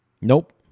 Nope